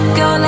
go